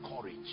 courage